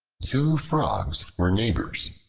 two frogs were neighbors.